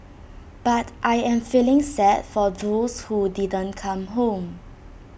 but I am feeling sad for those who didn't come home